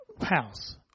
house